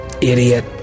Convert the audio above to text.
idiot